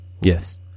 Yes